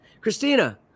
Christina